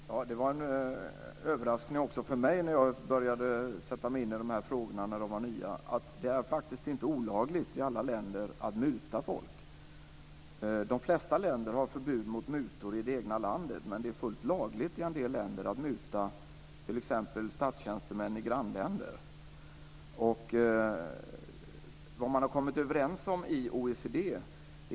Herr talman! Det var en överraskning också för mig när jag började sätta mig in i de här frågorna när de var nya att det faktiskt inte är olagligt i alla länder att muta folk. De flesta länder har förbud mot mutor i det egna landet, men i en del länder är det fullt lagligt att muta t.ex. statstjänstemän i grannländer.